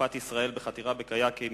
אלופת ישראל בחתירה בקיאקים,